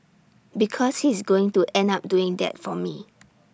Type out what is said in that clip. because he's going to end up doing that for me